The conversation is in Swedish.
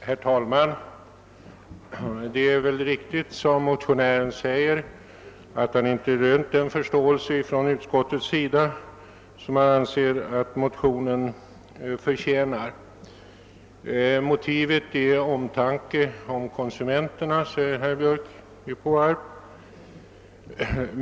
Herr talman! Det är väl riktigt att motionären, som han säger, inte rönt den förståelse från utskottets sida som han anser att motionen förtjänar. Motivet till motionen är omtanken om konsumenterna, säger herr Björk i Påarp.